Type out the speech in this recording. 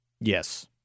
Yes